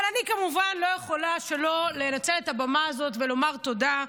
אבל אני כמובן לא יכולה שלא לנצל את הבמה הזאת ולומר תודה,